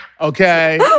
Okay